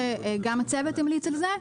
גם הצוות המליץ על זה.